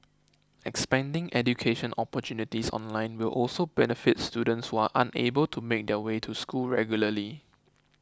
expanding education opportunities online will also benefit students who are unable to make their way to school regularly